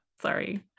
Sorry